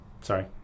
sorry